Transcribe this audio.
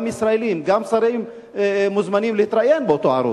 גם ישראלים, גם שרים מוזמנים להתראיין באותו ערוץ.